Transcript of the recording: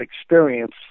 experience